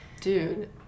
Dude